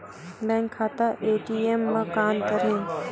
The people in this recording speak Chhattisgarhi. बैंक खाता ए.टी.एम मा का अंतर हे?